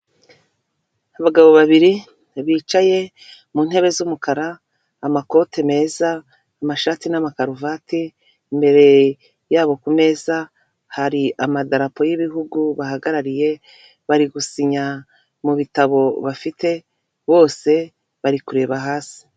Abagabo babiri bicaye mu ntebe z'umukara, amakote meza, amashati n'amakaruvati, imbere yabo ku meza hari amadarapo y'ibihugu bahagarariye, bari gusinya mu bitabo bafite, bose bari kureba hasi.